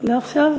לא עכשיו?